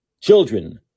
children